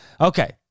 Okay